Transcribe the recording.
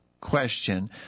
question